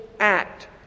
act